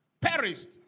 perished